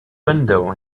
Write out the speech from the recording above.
window